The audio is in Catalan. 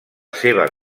seva